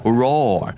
roar